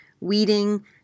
weeding